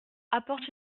apporte